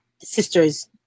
sisters